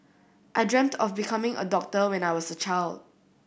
I dreamt of becoming a doctor when I was a child